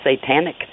satanic